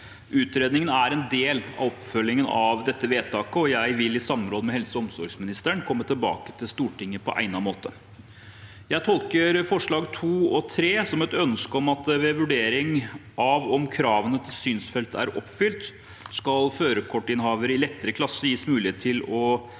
Utredningen er en del av oppfølgingen av dette vedtaket, og jeg vil i samråd med helse- og omsorgsministeren komme tilbake til Stortinget på egnet måte. Jeg tolker forslagene nr. 2 og 3 som et ønske om at ved vurdering av om kravene til synsfelt er oppfylt, skal førerkortinnehaver i lettere klasse gis mulighet til å